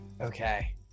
Okay